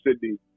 Sydney